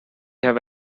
have